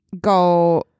go